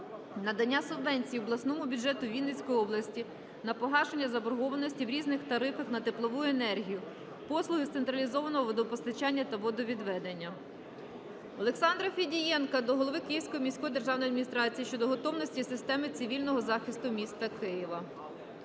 надання субвенції обласному бюджету Вінницької області на погашення заборгованості з різниці в тарифах на теплову енергію, послуги з централізованого водопостачання та водовідведення. Олександра Федієнка до голови Київської міської державної адміністрації щодо готовності системи цивільного захисту міста Києва.